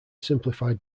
simplified